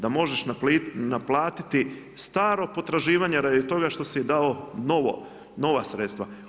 Da možeš naplatiti staro potraživanje radi toga što si je dao nova sredstva.